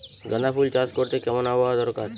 গাঁদাফুল চাষ করতে কেমন আবহাওয়া দরকার?